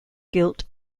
gilt